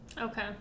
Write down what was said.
okay